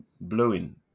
blowing